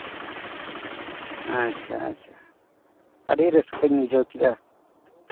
ᱟᱪᱪᱷᱟ ᱟᱪᱪᱷᱟ ᱟᱹᱰᱤ ᱨᱟᱹᱥᱠᱟᱹᱧ ᱵᱩᱡᱷᱟᱹᱣ ᱠᱮᱫᱟ